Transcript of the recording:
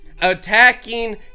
attacking